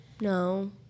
no